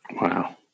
Wow